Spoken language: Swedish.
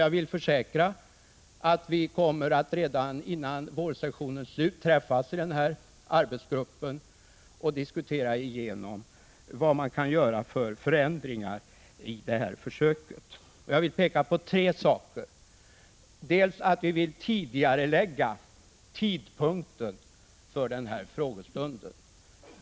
Jag vill försäkra att vi redan innan vårsessionen är till ända kommer att träffas i arbetsgruppen och diskutera igenom vilka förändringar man kan göra i den pågående försöks verksamheten. Jag vill då peka på tre saker. För det första vill vi tidigarelägga | tidpunkten för frågestunden.